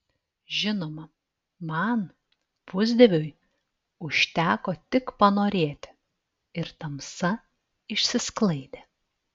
žinoma man pusdieviui užteko tik panorėti ir tamsa išsisklaidė